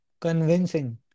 convincing